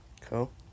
cool